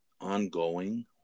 ongoing